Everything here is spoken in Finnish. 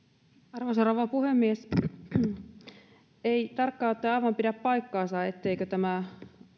arvoisa rouva puhemies ei tarkkaan ottaen aivan pidä paikkaansa etteikö tämä